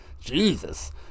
Jesus